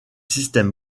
système